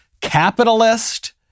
capitalist